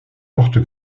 porte